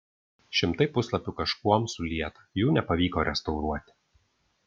šimtai puslapių kažkuom sulieta jų nepavyko restauruoti